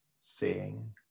seeing